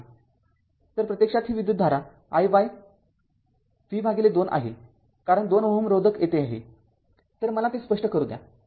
तर प्रत्यक्षात ही विद्युतधारा i y v२ आहे कारण हा २ Ω रोधक येथे आहे तर मला हे स्पष्ट करू द्या